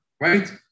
right